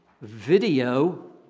video